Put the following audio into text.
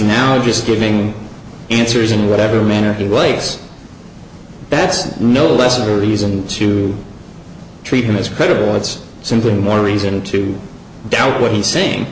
now just giving answers in whatever manner he lays that's no less of a reason to treat him as credible it's simply more reason to doubt what he's saying